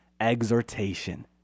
exhortation